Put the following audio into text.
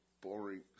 boring